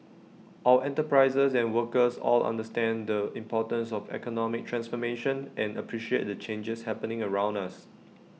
our enterprises and workers all understand the importance of economic transformation and appreciate the changes happening around us